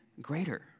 greater